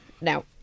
Now